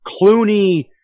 Clooney